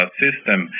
system